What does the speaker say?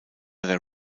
der